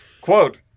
Quote